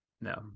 no